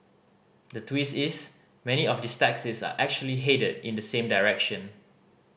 the twist is many of these taxis are actually headed in the same direction